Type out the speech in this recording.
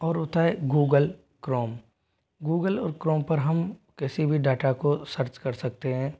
और होता है गूगल क्रोम गूगल क्रोम पर हम किसी भी डाटा को सर्च कर सकते हैं